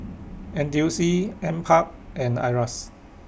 N T U C NParks and IRAS